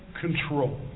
control